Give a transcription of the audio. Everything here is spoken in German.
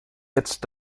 jetzt